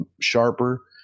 sharper